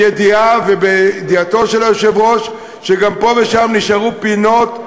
ובידיעתו של היושב-ראש שפה ושם נשארו פינות,